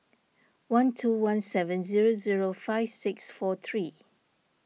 one two one seven zero zero five six four three